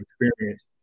experience